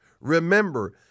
Remember